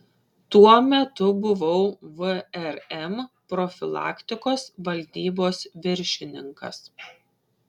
tuo metu buvau vrm profilaktikos valdybos viršininkas